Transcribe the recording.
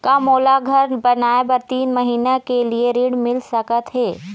का मोला घर बनाए बर तीन महीना के लिए ऋण मिल सकत हे?